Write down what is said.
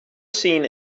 seen